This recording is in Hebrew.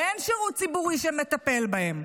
ואין שירות ציבורי שמטפל בהם?